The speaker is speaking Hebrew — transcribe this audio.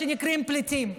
שנקראים פליטים?